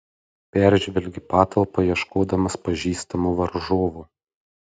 peržvelgė patalpą ieškodamas pažįstamų varžovų